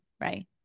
right